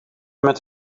met